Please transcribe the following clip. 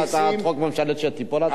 שיביא הצעת חוק שתיפול אחר כך?